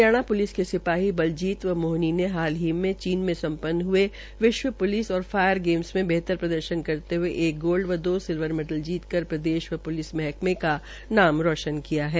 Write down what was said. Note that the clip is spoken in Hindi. हरियाणा पुलिस के सिपाही बलजीत व मोहनी ने हाल ही में चीन में संपन्न हए विश्व पुलिस और फायर गेम्स में बेहतर प्रदर्शन करते हए एक गोल्ड व दो सिल्वर मेडल जीतकर प्रदेश व प्लिस महकमें का नाम रोशन किया है